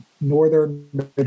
northern